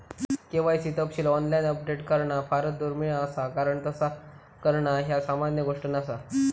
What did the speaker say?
KYC तपशील online update करणा फारच दुर्मिळ असा कारण तस करणा ह्या सामान्य गोष्ट नसा